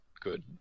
good